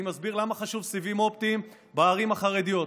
אני מסביר למה חשובים סיבים אופטיים בערים החרדיות.